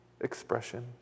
expression